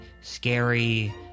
scary